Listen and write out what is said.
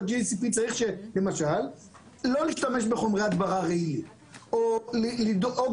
ב-GACP צריך לא להשתמש בחומרי הדברה רגילים או לדאוג